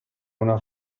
una